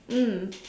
mm